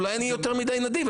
אולי אני יותר מידי נדיב.